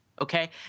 Okay